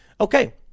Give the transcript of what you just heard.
Okay